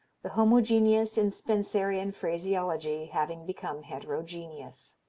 the homogeneous in spencerian phraseology having become heterogeneous.